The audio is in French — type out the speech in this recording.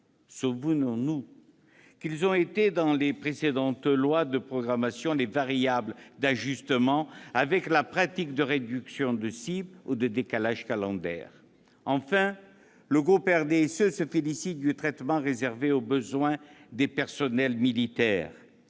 qui ont constitué, dans les précédentes lois de programmation, les variables d'ajustement grâce à des pratiques comme la réduction de cibles ou le décalage calendaire ! Ensuite, le groupe du RDSE se félicite du traitement réservé aux besoins des personnels militaires.